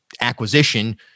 acquisition